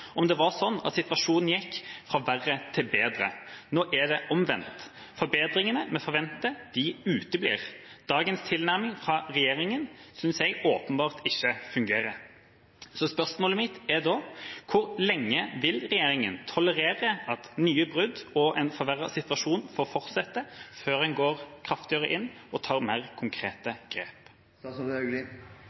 om situasjonen gikk fra verre til bedre. Nå er det omvendt. Forbedringene vi forventer, uteblir. Dagens tilnærming fra regjeringen synes jeg åpenbart ikke fungerer. Spørsmålet mitt er da: Hvor lenge vil regjeringen tolerere at nye brudd og en forverret situasjon får fortsette før en går kraftigere inn og tar mer konkrete